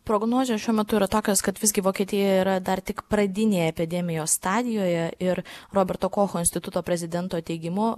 prognozės šiuo metu yra tokios kad visgi vokietija yra dar tik pradinėje epidemijos stadijoje ir roberto kocho instituto prezidento teigimu